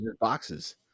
boxes